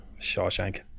Shawshank